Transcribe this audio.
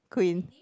queen